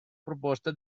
proposta